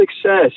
success